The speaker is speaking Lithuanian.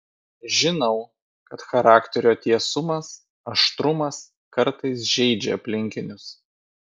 žinau kad charakterio tiesumas aštrumas kartais žeidžia aplinkinius